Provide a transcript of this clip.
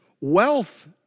Wealth